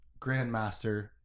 Grandmaster